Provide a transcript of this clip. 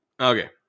okay